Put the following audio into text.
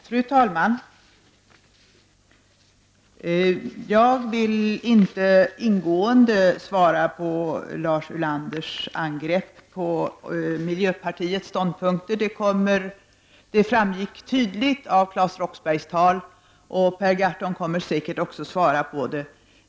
Fru talman! Jag vill inte ingående svara på Lars Ulanders angrepp på miljöpartiets ståndpunkter. De framgick tydligt av Claes Roxberghs tal, och Per Gahrton kommer säkert att svara på angreppet.